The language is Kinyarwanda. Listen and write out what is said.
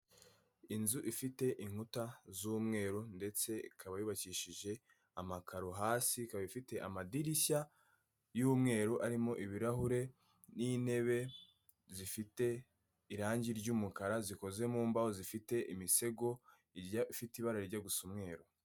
Inzu ifite inkuta z'umweru ndetse ikaba yubakishije amakaro hasi ikaba ifite amadirishya y'umweru arimo ibirahure n'intebe zifite irangi ry'umukara, zikoze mumbaho zifite imisego ifite ibara rijya gusa umweru.